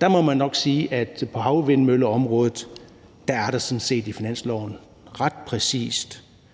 Der må man nok sige, at på havvindmølleområdet er skinnerne sådan ret præcist